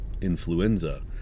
influenza